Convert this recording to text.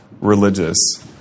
religious